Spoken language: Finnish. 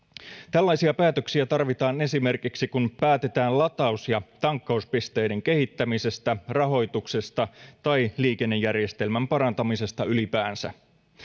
tällaisia päätöksiä tarvitaan esimerkiksi kun päätetään lataus ja tankkauspisteiden kehittämisestä rahoituksesta tai liikennejärjestelmän parantamisesta ylipäänsä